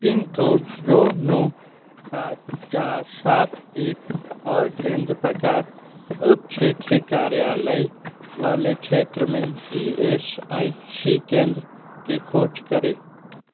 pin code दो नौ पाँच चार सात एक और केंद्र प्रकार उप क्षेत्रीय कार्यालय वाले क्षेत्र में ई एस आई सी केंद्र की खोज करें